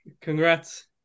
Congrats